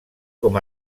com